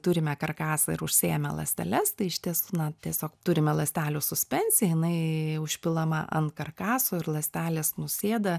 turime karkasą ir užsiėmę ląsteles tai iš tiesų na tiesiog turime ląstelių suspensiją jinai užpilama ant karkaso ir ląstelės nusėda